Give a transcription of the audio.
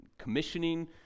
commissioning